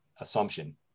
assumption